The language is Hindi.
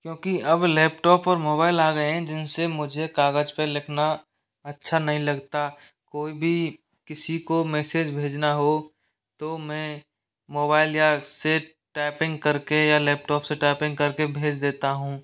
क्योंकि अब लैपटॉप और मोबाइल आ गए हैं जिनसे मुझे कागज पर लिखना अच्छा नहीं लगता कोई भी किसी को मैसेज भेजना हो तो मैं मोबाइल या से टायपिंग करके या लैपटॉप से टायपिंग करके भेज देता हूँ